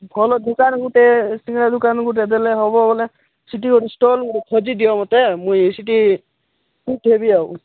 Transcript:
ଭଲ ଦୋକାନ ଗୋଟେ ସିଙ୍ଗଡ଼ା ଦୋକାନ ଗୋଟେ ଦେଲେ ହେବ ବୋଲେ ସେଠି ଗୋଟେ ଷ୍ଟଲ ଗୋଟେ ଖୋଜି ଦିଅ ମୋତେ ମୁଁ ସେଠି ସିଫ୍ଟ ହେବି ଆଉ